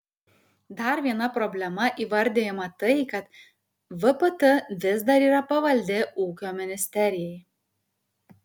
dar viena problema įvardijama tai kad vpt vis dar yra pavaldi ūkio ministerijai